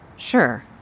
Sure